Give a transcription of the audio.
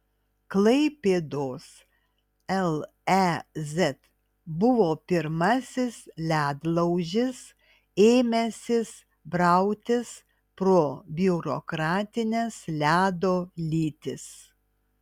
klaipėdos lez buvo pirmasis ledlaužis ėmęsis brautis pro biurokratines ledo lytis